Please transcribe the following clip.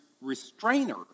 restrainer